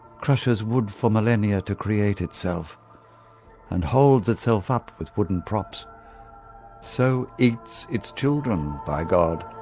crushes wood for millennia to create itself and holds itself up with wooden props so eats its children by god!